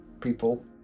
people